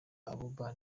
abouba